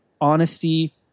honesty